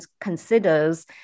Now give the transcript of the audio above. considers